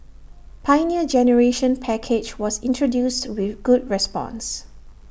Pioneer Generation package was introduced with good response